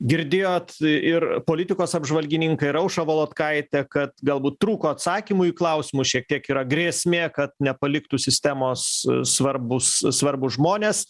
girdėjot ir politikos apžvalgininką ir aušrą volodkaitę kad galbūt trūko atsakymų į klausimus šiek tiek yra grėsmė kad nepaliktų sistemos svarbūs svarbūs žmonės